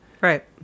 Right